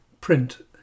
Print